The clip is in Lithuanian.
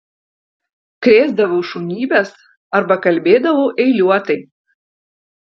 krėsdavau šunybes arba kalbėdavau eiliuotai